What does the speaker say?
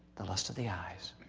the lust of the eyes,